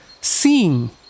seeing